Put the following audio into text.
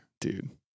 Dude